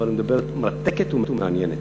אבל, מרתקת ומעניינת.